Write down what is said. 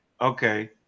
Okay